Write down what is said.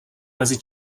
mezi